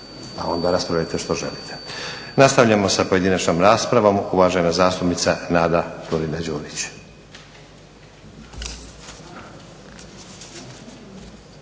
pa onda raspravljajte što želite. Nastavljamo sa pojedinačnom raspravom. Uvažena zastupnica Nada Turina-Đurić.